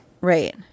Right